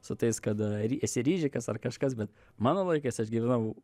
su tais kad esi ryžikas ar kažkas bet mano laikais aš gyvenau